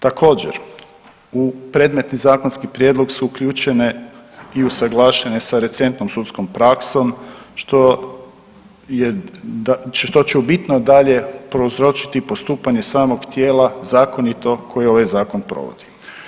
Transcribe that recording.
Također u predmetni zakonski prijedlog su uključene i usuglašene sa recentnom sudskom praksom što će u bitno dalje prouzročiti postupanje samog tijela zakonito koje ovaj zakon provodi.